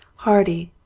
hardy,